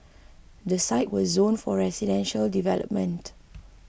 the sites were zoned for residential development